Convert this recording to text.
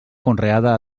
conreada